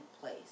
place